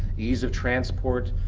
ease of transport.